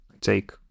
take